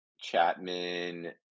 Chapman